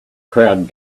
crowd